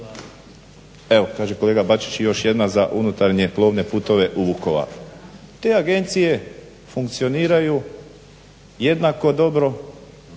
Evo kaže kolega Bačić i još jedna za unutarnje plovne putove u Vukovaru. Te agencije funkcioniraju jednako dobro